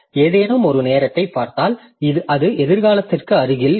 ஏதேனும் ஒரு நேரத்தைப் பார்த்தால் அது எதிர்காலத்திற்கு அருகில் இருக்கும்